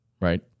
right